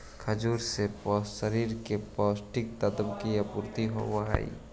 खजूर से शरीर को पौष्टिक तत्वों की आपूर्ति होवअ हई